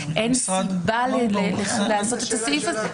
אין סיבה לעשות את הסעיף הזה.